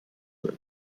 sind